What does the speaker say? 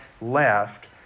left